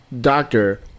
doctor